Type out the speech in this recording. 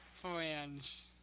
Friends